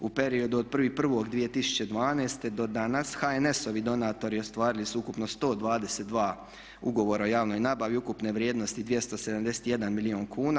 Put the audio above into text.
U periodu od 1.01.2012. do danas HNS-ovi donatori ostvarili su ukupno 122 ugovora o javnoj nabavi ukupne vrijednosti 271 milijun kuna.